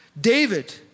David